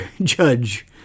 judge